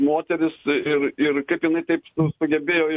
moteris ir ir kaip jiani taip sugebėjo